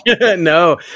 No